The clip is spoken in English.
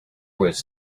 was